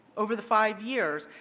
over the five years,